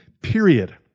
Period